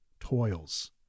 toils